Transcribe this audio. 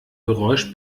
geräusch